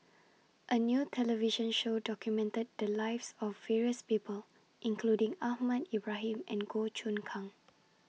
A New television Show documented The Lives of various People including Ahmad Ibrahim and Goh Choon Kang